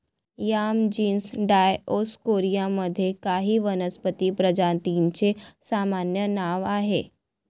yam genus Dioscorea मध्ये काही वनस्पती प्रजातींचे सामान्य नाव आहे